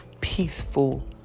peaceful